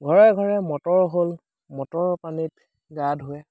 ঘৰে ঘৰে মটৰ হ'ল মটৰৰ পানীত গা ধুৱে